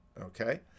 Okay